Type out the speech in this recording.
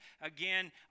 Again